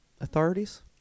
authorities